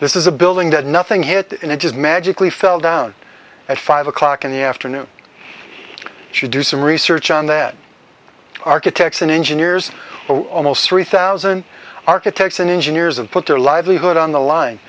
this is a building that nothing hit and it just magically fell down at five o'clock in the afternoon if you do some research on that architects and engineers almost three thousand architects and engineers and put their livelihood on the line